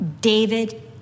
David